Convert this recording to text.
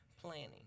planning